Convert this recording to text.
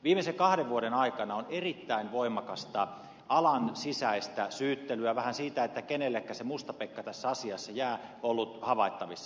viimeisen kahden vuoden aikana on erittäin voimakasta alan sisäistä syyttelyä vähän siitä kenellekä se musta pekka tässä asiassa jää ollut havaittavissa